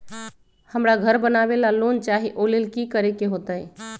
हमरा घर बनाबे ला लोन चाहि ओ लेल की की करे के होतई?